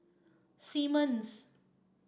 Simmons